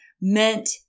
meant